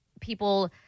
people